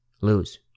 Lose